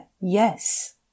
yes